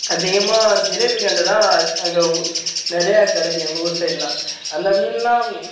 அதிகமாக ஜிலேபி கெண்டை தான் அங்கே நிறைய கிடைக்கும் எங்கள் ஊர் சைடுலாம் அந்த மீன்லாம்